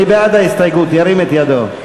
מי בעד ההסתייגות, ירים את ידו.